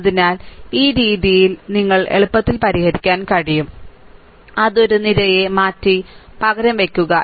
അതിനാൽ ഈ രീതിയിൽ നിങ്ങൾക്ക് എളുപ്പത്തിൽ പരിഹരിക്കാൻ കഴിയും അത് ഒരു നിരയെ മാറ്റി പകരം വയ്ക്കുക